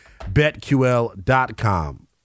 BetQL.com